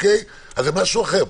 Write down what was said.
זה משהו אחר.